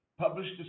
published